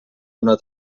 donar